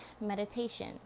Meditation